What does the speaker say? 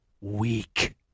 weak